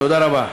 תודה רבה.